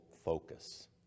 focus